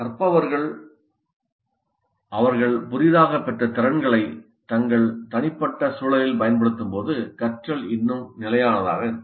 கற்பவர்கள் அவர்கள் புதிதாகப் பெற்ற திறன்களைத் தங்கள் தனிப்பட்ட சூழலில் பயன்படுத்தும்போது கற்றல் இன்னும் நிலையானதாக இருக்கும்